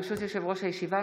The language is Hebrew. ברשות יושב-ראש הישיבה,